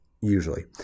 usually